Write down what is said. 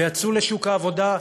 ויצאו לשוק העבודה,